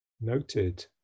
noted